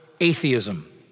atheism